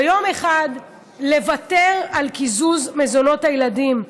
ויום אחד לוותר על קיזוז מזונות הילדים,